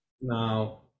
now